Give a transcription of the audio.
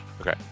okay